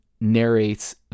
narrates